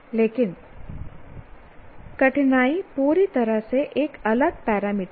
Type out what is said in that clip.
लेकिन कठिनाई पूरी तरह से एक अलग पैरामीटर है